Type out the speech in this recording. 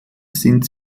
sind